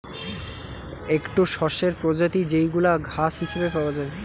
একটো শস্যের প্রজাতি যেইগুলা ঘাস হিসেবে পাওয়া যায়